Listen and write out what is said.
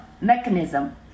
mechanism